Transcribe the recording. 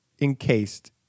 encased